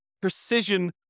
precision